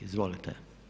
Izvolite.